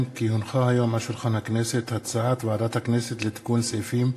שמונה בעד, אין מתנגדים, אין נמנעים.